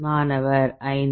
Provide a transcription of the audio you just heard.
மாணவர் 5